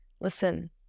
Listen